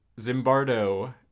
Zimbardo